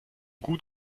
gut